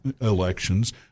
elections